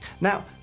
Now